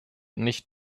nicht